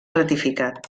ratificat